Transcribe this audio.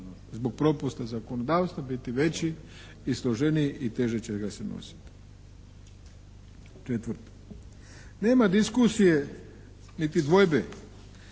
zbog propusta zakonodavstva biti veći i složeniji i teže će ga se nositi. Četvrto, nema diskusije niti dvojbe,